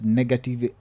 negative